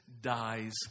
dies